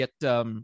get